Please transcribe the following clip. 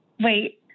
Wait